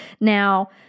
Now